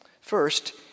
First